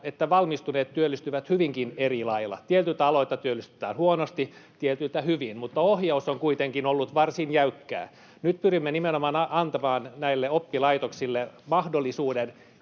että valmistuneet työllistyvät hyvinkin eri lailla. Tietyiltä aloita työllistytään huonosti, tietyiltä hyvin, mutta ohjaus on kuitenkin ollut varsin jäykkää. Nyt pyrimme nimenomaan antamaan näille oppilaitoksille mahdollisuuden